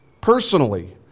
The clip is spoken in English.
personally